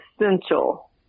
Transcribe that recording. essential